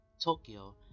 Tokyo